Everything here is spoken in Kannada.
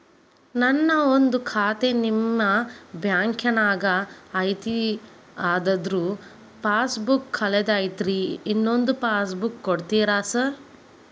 ನಂದು ಒಂದು ಖಾತೆ ನಿಮ್ಮ ಬ್ಯಾಂಕಿನಾಗ್ ಐತಿ ಅದ್ರದು ಪಾಸ್ ಬುಕ್ ಕಳೆದೈತ್ರಿ ಇನ್ನೊಂದ್ ಪಾಸ್ ಬುಕ್ ಕೂಡ್ತೇರಾ ಸರ್?